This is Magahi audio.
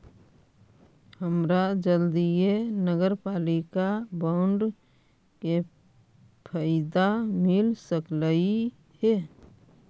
हमरा जल्दीए नगरपालिका बॉन्ड के फयदा मिल सकलई हे